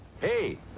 hey